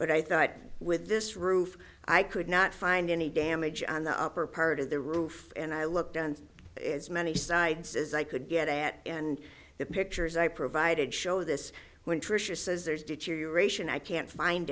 but i thought with this roof i could not find any damage on the upper part of the roof and i looked on as many sides as i could get it and the pictures i provided show this when tricia says there's deterioration i can't find